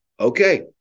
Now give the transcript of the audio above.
Okay